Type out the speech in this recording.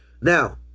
Now